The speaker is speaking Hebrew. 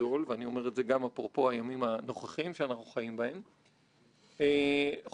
ששנתיים לאחר מכן התמנה לחבר בבית המשפט העליון האמריקאי,